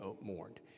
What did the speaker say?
mourned